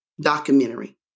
documentary